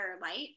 light